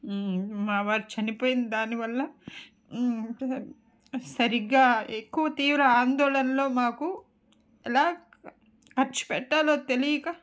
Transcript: మా వారు చనిపోయిన దాని వల్ల సరిగ్గా ఎక్కువ తీవ్ర ఆందోళనలో మాకు ఎలా ఖర్చు పెట్టాలో తెలియక